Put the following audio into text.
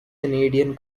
canadian